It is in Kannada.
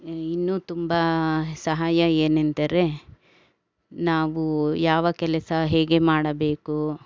ಇನ್ನೂ ತುಂಬ ಸಹಾಯ ಏನೆಂದರೆ ನಾವು ಯಾವ ಕೆಲಸ ಹೇಗೆ ಮಾಡಬೇಕು